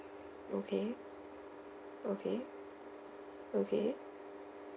okay okay okay